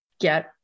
get